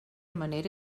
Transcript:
manera